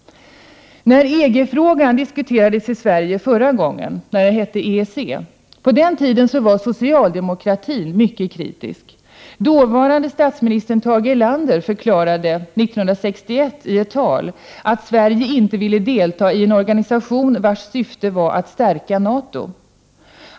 När EG-frågan diskuterades i Sverige förra gången, eller EEC-frågan, som det då hette, var socialdemokratin mycket kritisk. Dåvarande statsministern Tage Erlander förklarade i ett tal redan 1961 att Sverige inte ville delta i en organisation, vars syfte var att stärka NATO.